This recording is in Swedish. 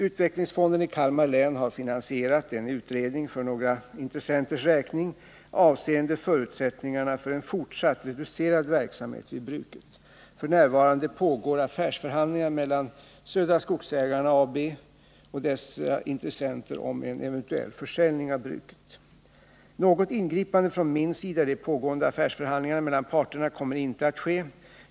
Utvecklingsfonden i Kalmar län har finansierat en utredning för några intressenters räkning, avseende förutsättningarna för en fortsatt, reducerad verksamhet vid bruket. F.n. pågår affärsförhandlingar mellan Södra Skogsägarna AB och dessa intressenter om en eventuell försäljning av bruket. Något ingripande från min sida i de pågående affärsförhandlingarna mellan parterna kommer inte att ske.